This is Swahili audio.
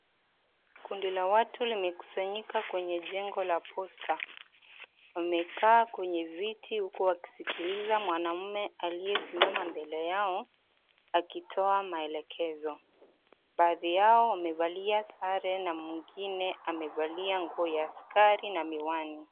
Kundi la watu limekusanyika kwenye jengo la posta. Wamekaa kwenye viti huku wakisikiliza mwanamme aliyesimama mbele yao, akitoa maelekezo. Baadhi yao wamevalia sare na mwingine amevalia nguo ya askari na miwani.